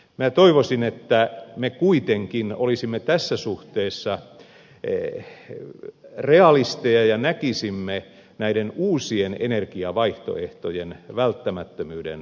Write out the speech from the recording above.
minä toivoisin että me kuitenkin olisimme tässä suhteessa realisteja ja näkisimme näiden uusien energiavaihtoehtojen välttämättömyyden suomen kannalta